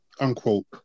unquote